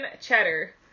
cheddar